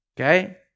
Okay